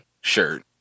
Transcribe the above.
shirt